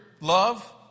Love